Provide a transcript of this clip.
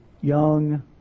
young